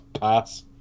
Pass